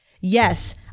yes